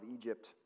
Egypt